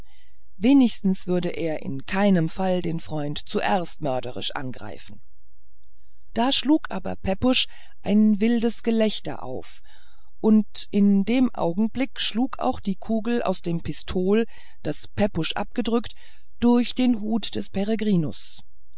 wenigstens würde er in keinem fall den freund zuerst mörderisch angreifen da schlug aber pepusch ein wildes gelächter auf und in dem augenblick schlug auch die kugel aus dem pistol das pepusch abgedrückt durch den hut des